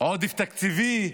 עודף תקציבי.